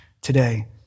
today